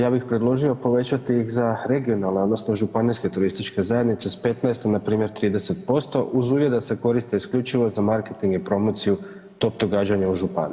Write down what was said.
Ja bih predložio povećati za regionalne odnosno županijske turističke zajednice s 15 npr. 30% uz uvjet da se koriste isključivo za marketinge i promociju top događanja u županiji.